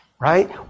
Right